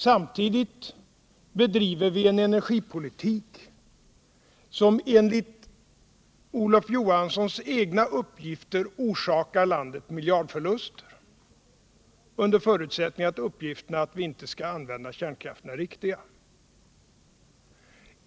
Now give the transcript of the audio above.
Samtidigt bedriver vi en energipolitik, som enligt Olof Johanssons egna uppgifter orsakar landet miljardförluster, under förutsättning att uppgifterna att vi inte skall använda kärnkraften är riktiga.